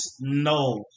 no